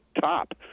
top